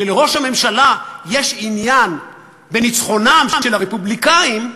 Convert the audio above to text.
שלראש הממשלה יש עניין בניצחונם של הרפובליקאים,